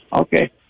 okay